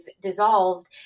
dissolved